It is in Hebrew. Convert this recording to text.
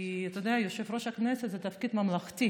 כי אתה יודע, יושב-ראש הכנסת זה תפקיד ממלכתי